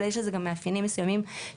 אבל יש לזה גם מאפיינים מסוימים שמאוד